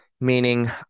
meaning